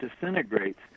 disintegrates